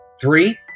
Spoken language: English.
Three